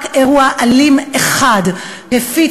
רק אירוע אלים אחד הפיץ,